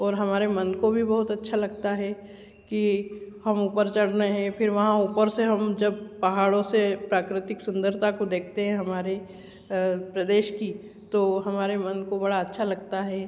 ओर हमारे मन को वी बहुत अच्छा लगता है कि हम ऊपर चढ़ रहे है फिर वहाँ ऊपर से हम जब पहाड़ों से प्राकृतिक सुंदरता को देखते हैं हमारी प्रदेश की तो हमारे मन को बड़ा अच्छा लगता है